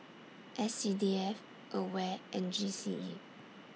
S C D F AWARE and G C E